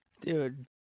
Dude